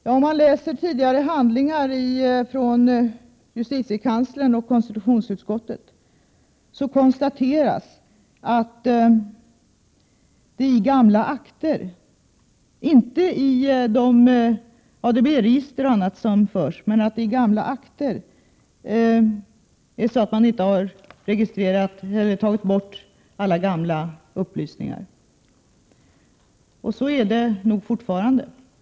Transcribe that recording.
Ja, om man läser tidigare handlingar från justitiekanslern och konstitutionsutskottet, kan man när det gäller gamla akter — det gäller alltså inte ADB-register och andra register som förs — konstatera att inte alla gamla upplysningar har tagits bort, och så är det nog fortfarande.